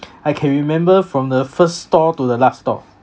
I can remember from the first store to the last store